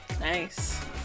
Nice